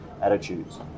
attitudes